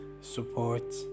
support